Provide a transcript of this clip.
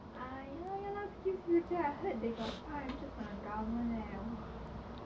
uh ya lor ya lor skills future I heard they got five hundred from the government leh !wah!